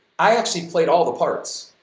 i actually played all the parts.